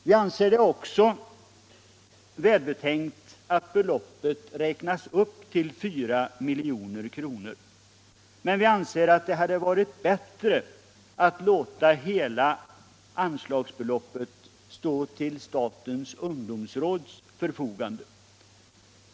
Vi anser det också välbetänkt att beloppet räknas upp till 4 milj.kr., men vi tycker att det hade varit bättre att låta hela anslagsbeloppet stå till statens ungdomsråds förfogande.